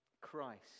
Christ